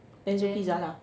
Pezzo pizza lah